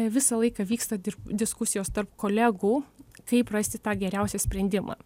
visą laiką vyksta dir diskusijos tarp kolegų kaip rasti tą geriausią sprendimą